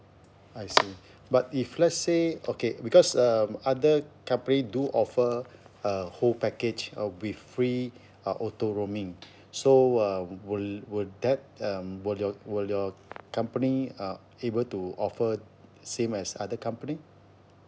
I see but if let's say okay because um other company do offer a whole package uh with free uh auto roaming so um will will that um will your will your company are able to offer same as other company